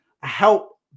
help